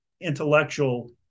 intellectual